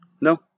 No